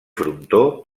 frontó